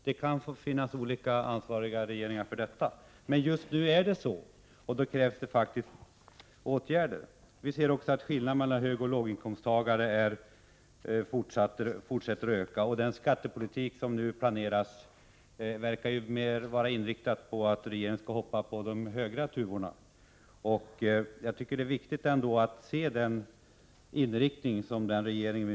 Olika regeringar kan ha ansvaret för det, men just nu är det så, och då krävs det faktiskt åtgärder. Vi ser också att skillnaderna mellan högoch låginkomsttagare fortsätter att öka. Den skattepolitik som regeringen nu planerar verkar vara inriktad på att man skall hoppa på de högra tuvorna. Jag tycker det är viktigt att se den inriktningen.